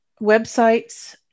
websites